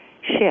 shift